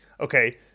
okay